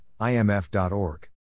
IMF.org